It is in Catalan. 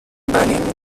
venim